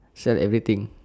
sell everything